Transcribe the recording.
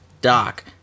Doc